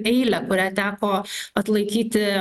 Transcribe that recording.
eilę kurią teko atlaikyti